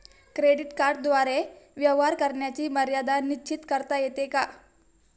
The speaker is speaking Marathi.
क्रेडिट कार्डद्वारे व्यवहार करण्याची मर्यादा निश्चित करता येते का?